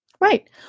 Right